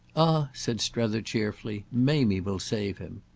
ah, said strether cheerfully mamie will save him!